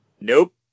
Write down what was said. Nope